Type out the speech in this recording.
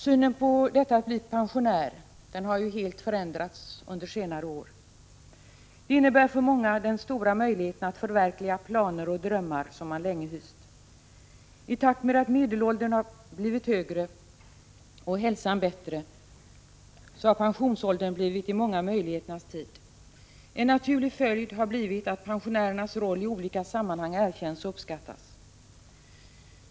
Synen på att bli pensionär har helt förändrats under senare år. Pensioneringen innebär för många den stora möjligheten att förverkliga planer och drömmar som man länge har haft. I takt med att medelåldern har blivit högre och hälsan bättre har pensionsåldern blivit de många möjligheternas tid. En naturlig följd har blivit att pensionärernas roll i olika sammanhang erkänns och uppskattas.